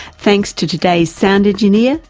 thanks to today's sound engineer,